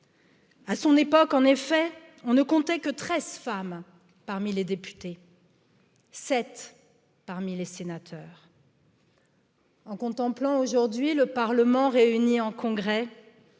a son époque en effet on ne comptait que treize femmes parmi les députés sept parmi les sénateurs En contemplant aujourd'hui le Parlement réuni en congrès,